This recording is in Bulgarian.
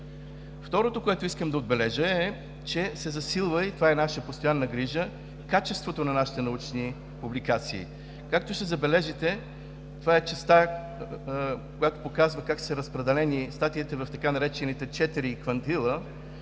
Второто, което искам да отбележа, е, че се засилва – и това е наша постоянна грижа, качеството на нашите научни публикации. Както ще забележите, това е частта, която показва как са разпределени статиите в така наречените четири квантила,